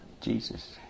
Jesus